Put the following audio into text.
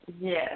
yes